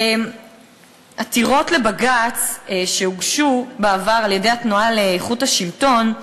עתירות לבג"ץ שהוגשו בעבר על-ידי התנועה לאיכות השלטון,